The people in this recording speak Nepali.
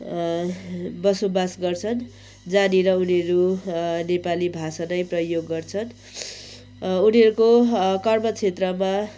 बसोबास गर्छन् जहाँनिर उनीहरू नेपाली भाषा नै प्रयोग गर्छन् उनीहरूको कर्म क्षेत्रमा